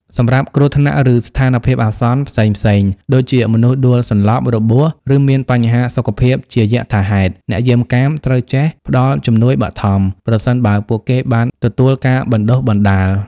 សម្រាប់គ្រោះថ្នាក់ ឬស្ថានភាពអាសន្នផ្សេងៗ ដូចជាមនុស្សដួលសន្លប់ របួស ឬមានបញ្ហាសុខភាពជាយថាហេតុ អ្នកយាមកាមត្រូវចេះ ផ្តល់ជំនួយបឋម ប្រសិនបើពួកគេបានទទួលការបណ្ដុះបណ្ដាល។